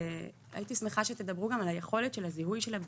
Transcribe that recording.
אשמח שתדברו על היכולת של הזיהוי של הבדיקות,